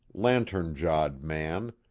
lantern-jawed man,